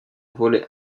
volet